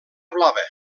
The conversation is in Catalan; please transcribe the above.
blava